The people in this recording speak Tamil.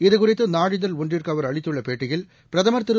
இதுகுறித்து நாளிதழ் ஒன்றிற்கு அவர் அளித்துள்ள பேட்டியில் பிரதமர் திரு